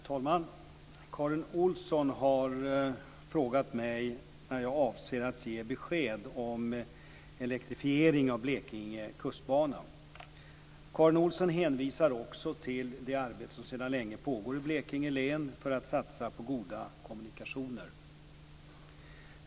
Herr talman! Karin Olsson har frågat mig när jag avser att ge besked om elektrifiering av Blekinge kustbana. Karin Olsson hänvisar också till det arbete som sedan länge pågår i Blekinge län för att satsa på goda kommunikationer.